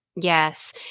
Yes